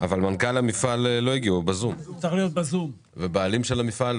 לא באתי לפה להיות הבכיין של המפעל,